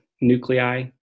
nuclei